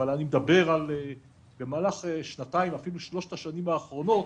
אבל אני מדבר על במהלך שנתיים ואפילו שלוש השנים האחרונות,